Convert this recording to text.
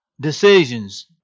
decisions